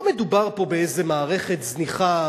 לא מדובר פה באיזו מערכת זניחה,